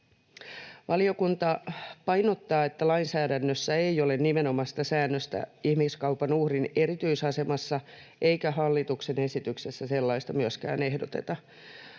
Valiokunta painottaa, että lainsäädännössä ei ole nimenomaista säännöstä ihmiskaupan uhrin erityisasemasta, eikä hallituksen esityksessä sellaista myöskään ehdoteta.